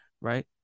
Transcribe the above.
Right